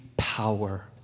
Power